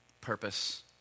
Purpose